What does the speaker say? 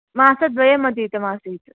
मासद्वयमतीतमासीत्